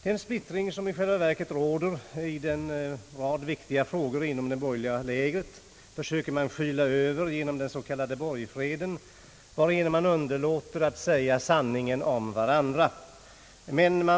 Den splittring som i själva verket fortfarande råder i en rad viktiga frågor inom det borgerliga lägret försöker man skyla över genom den s.k. borgfreden, som innebär att man underlåter att säga sanningen om varandra offentligt.